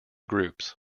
groups